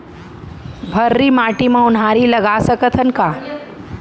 भर्री माटी म उनहारी लगा सकथन का?